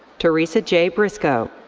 teresa j. briscoe.